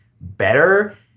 better